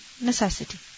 necessity